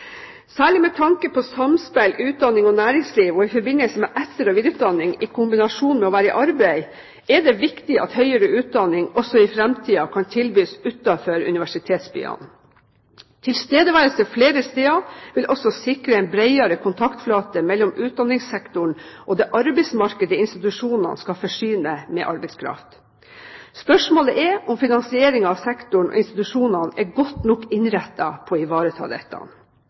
Særlig med tanke på samspill, utdanning og næringsliv, og i forbindelse med etter- og videreutdanning i kombinasjon med å være i arbeid, er det viktig at høyere utdanning også i framtiden kan tilbys utenfor universitetsbyene. Tilstedeværelse flere steder vil også sikre en bredere kontaktflate mellom utdanningssektoren og det arbeidsmarkedet institusjonene skal forsyne med arbeidskraft. Spørsmålet er om finansieringen av sektoren og institusjonene er godt nok innrettet for å ivareta dette.